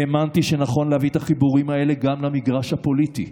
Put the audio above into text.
האמנתי שנכון להביא את החיבורים האלה גם למגרש הפוליטי.